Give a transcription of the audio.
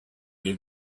your